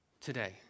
today